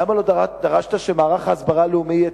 למה לא דרשת שמערך ההסברה הלאומי יהיה